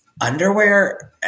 underwear